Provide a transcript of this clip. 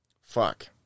Fuck